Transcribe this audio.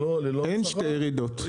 אין שתי ירידות.